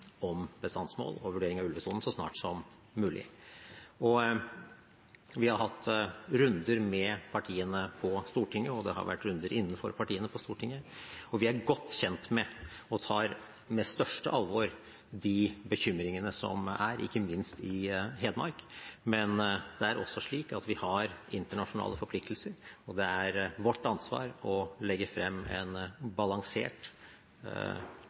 om bestandsmål og vurdering av ulvesonen så snart som mulig. Vi har hatt runder med partiene på Stortinget – og det har vært runder innenfor partiene på Stortinget – og vi er godt kjent med og tar på største alvor de bekymringene som er, ikke minst i Hedmark, men det er også slik at vi har internasjonale forpliktelser. Det er vårt ansvar å legge frem en balansert